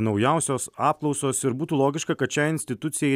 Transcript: naujausios apklausos ir būtų logiška kad šiai institucijai